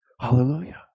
hallelujah